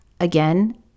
Again